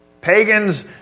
Pagans